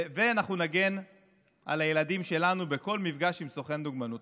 ואנחנו נגן על הילדים שלנו בכל מפגש עם סוכן דוגמנות.